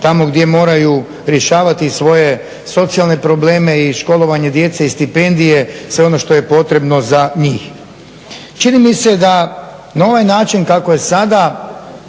tamo gdje moraju rješavati svoje socijalne probleme i školovanje djece i stipendije sve ono što je potrebno za njih. Čini mi se da na ovaj način kako je sada